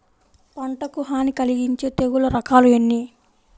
పంటకు హాని కలిగించే తెగుళ్ళ రకాలు ఎన్ని?